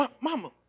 Mama